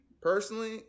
personally